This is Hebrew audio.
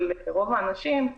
של רוב האנשים,